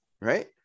right